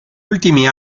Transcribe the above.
ultimi